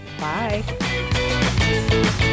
Bye